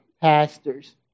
pastors